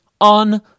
on